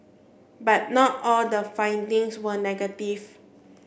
but not all the findings were negative